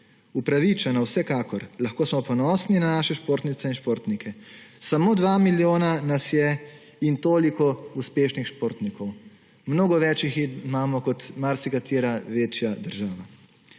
Upravičeno vsekakor, lahko smo ponosni na naše športnice in športnike. Samo dva milijona nas je in toliko uspešnih športnikov. Mnogo več jih imamo kot marsikatera večja država.